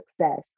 success